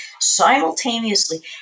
simultaneously